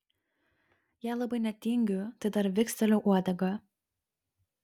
jei labai netingiu tai dar viksteliu uodega